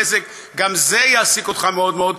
"בזק" גם זה יעסיק אותך מאוד מאוד,